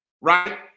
Right